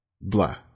blah